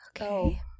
Okay